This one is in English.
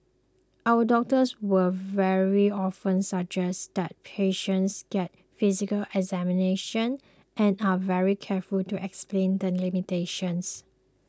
our doctors will very often suggest that patients get a physical examination and are very careful to explain the limitations